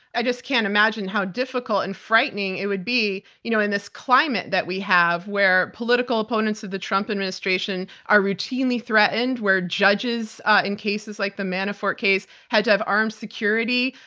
i just can't imagine how difficult and frightening it would be you know in this climate that we have, where political opponents of the trump administration are routinely threatened, where judges in cases like the manafort case had to have armed security.